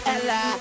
Ella